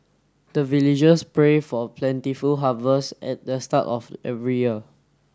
the villagers pray for plentiful harvest at the start of every year